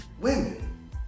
women